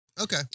Okay